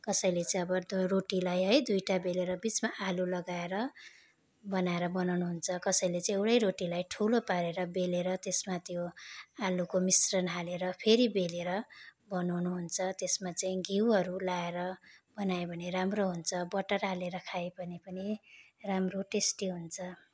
कसैले चाहिँ अब त्यो रोटीलाई है दुईवटा बेलेर बिचमा आलु लगाएर बनाएर बनाउनुहुन्छ कसैले चाहिँ एउटै रोटीलाई ठुलो पारेर बेलेर त्यसमा त्यो आलुको मिश्रण हालेर फेरि बेलेर बनाउनुहुन्छ त्यसमा चाहिँ घिउहरू लगाएर बनायो भने राम्रो हुन्छ बटर हालेर खायो भने पनि राम्रो टेस्टी हुन्छ